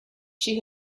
she